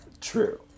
True